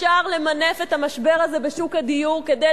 אפשר למנף את המשבר הזה בשוק הדיור כדי